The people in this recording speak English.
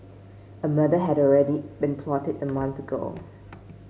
a murder had already been plotted a month ago